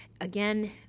Again